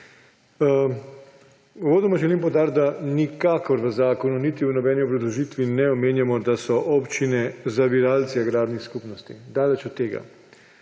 Uvodoma želim poudariti, da nikakor v zakonu niti v nobeni obrazložitvi ne omenjamo, da so občine zaviralci agrarnih skupnosti. Daleč od tega.